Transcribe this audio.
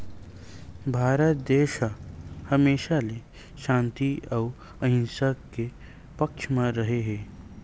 भारत देस ह हमेसा ले सांति अउ अहिंसा के पक्छ म रेहे हे